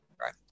right